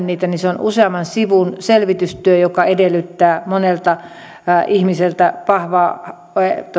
niitä niin se on useamman sivun selvitystyö joka edellyttää monelta ihmiseltä vahvaa